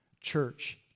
church